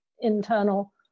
internal